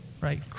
right